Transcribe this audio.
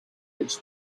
its